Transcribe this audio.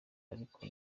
ariko